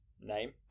name